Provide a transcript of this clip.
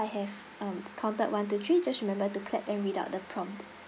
I have um counted one two three just remember to clap and read out the prompt